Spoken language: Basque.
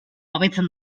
hobetzen